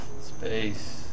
Space